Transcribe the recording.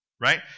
right